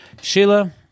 Sheila